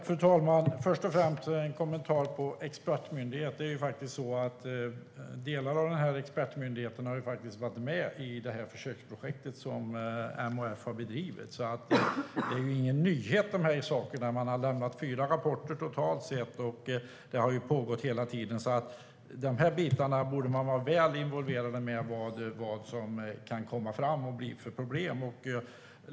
Fru talman! Först ska jag kommentera det som sas om expertmyndigheten. Delar av denna expertmyndighet har faktiskt varit med i det försöksprojekt som MHF har bedrivit. Dessa saker är därför inga nyheter. Man har lämnat fyra rapporter totalt sett, och detta har pågått hela tiden. Därför borde man vara väl införstådd med vad som kan komma fram och bli problem.